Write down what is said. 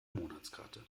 monatskarte